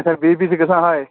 اَچھا B P چھُ گژھان ہاے